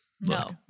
No